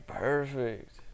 Perfect